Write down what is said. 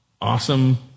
awesome